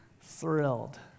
thrilled